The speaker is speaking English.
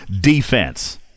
defense